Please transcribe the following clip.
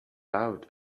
out